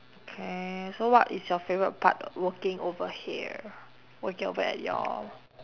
okay so what is your favourite part working over here working over at your